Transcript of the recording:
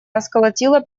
расколотила